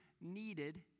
needed